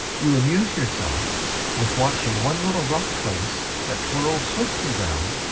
you amuse yourself with watching one little rough place that whirls swiftly round,